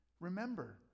Remember